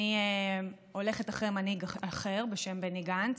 אני הולכת אחרי מנהיג אחר, בשם בני גנץ,